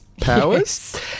powers